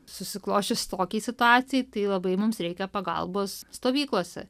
susiklosčius tokiai situacijai tai labai mums reikia pagalbos stovyklose